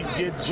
get